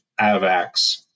AVAX